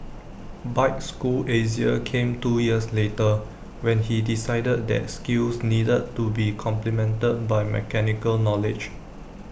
bike school Asia came two years later when he decided that skills needed to be complemented by mechanical knowledge